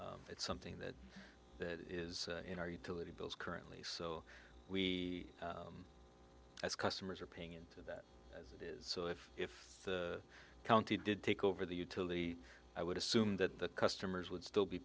now it's something that that is in our utility bills currently so we as customers are paying into the it is so if if the county did take over the utility i would assume that the customers would still be